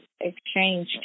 exchange